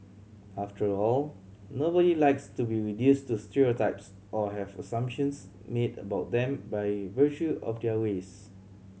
after all nobody likes to be reduced to stereotypes or have assumptions made about them by virtue of their race